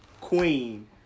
queen